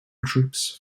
troops